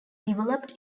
developed